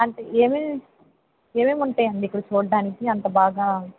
అంటే ఏమేం ఏమేమి ఉంటాయండి ఇక్కడ చూడటానికి అంత బాగా